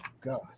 God